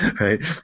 right